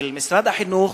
של משרד החינוך,